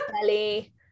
belly